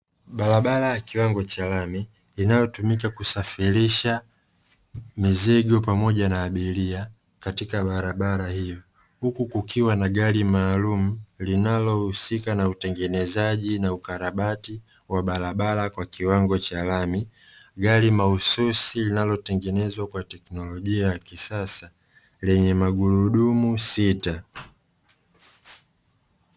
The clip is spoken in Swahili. Barabara ya kiwango cha lami inayotumika kusafirisha mizigo pamoja na abiria katika barabara hiyo, huku kukiwa na gari maalumu linalohusika na utengenezaji na ukarabati wa barabara kwa kiwango cha lami, gari mahususi linalotengenezwa kwa teknolojia ya kisasa lenye magurudumu sita.